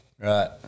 Right